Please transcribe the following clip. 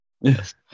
Yes